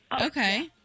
Okay